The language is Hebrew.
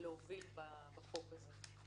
להוביל בחוק הזה.